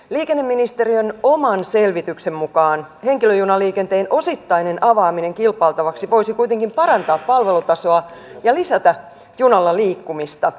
liikenneministeriön oman selvityksen mukaan henkilöjunaliikenteen osittainen avaaminen kilpailtavaksi voisi kuitenkin parantaa palvelutasoa ja lisätä junalla liikkumista